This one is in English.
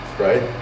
right